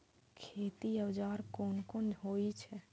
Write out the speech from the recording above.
खेती औजार कोन कोन होई छै?